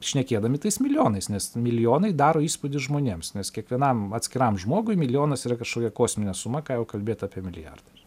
šnekėdami tais milijonais nes milijonai daro įspūdį žmonėms nes kiekvienam atskiram žmogui milijonas yra kažkokia kosminė suma ką jau kalbėt apie milijardą